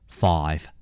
five